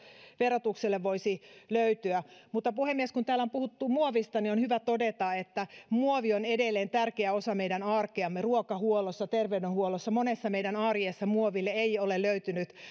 verotukselle voisi löytyä mutta puhemies kun täällä on puhuttu muovista niin on hyvä todeta että muovi on edelleen tärkeä osa meidän arkeamme ruokahuollossa terveydenhuollossa monessa tehtävässä meidän arjessamme muoville ei ole löytynyt